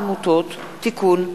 הצעת חוק העמותות (תיקון,